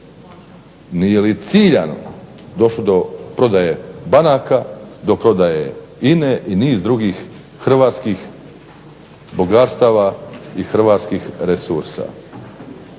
Nije li ciljano došlo do prodaje banaka, do prodaje INA-e i niz drugih hrvatskih bogatstava i hrvatskih resursa.